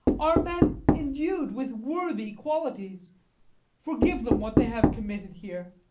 are men endu'd with worthy qualities forgive them what they have committed here,